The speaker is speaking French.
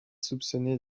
soupçonné